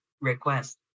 request